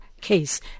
case